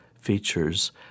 features